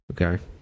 Okay